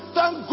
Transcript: Thank